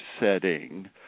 setting